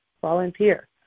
volunteer